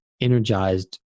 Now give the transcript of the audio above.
energized